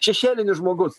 šešėlinis žmogus